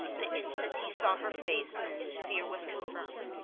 the instant he saw her face his fear was confirmed,